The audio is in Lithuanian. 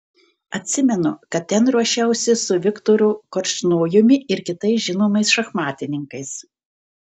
atsimenu kad ten ruošiausi su viktoru korčnojumi ir kitais žinomais šachmatininkais